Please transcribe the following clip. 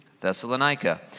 Thessalonica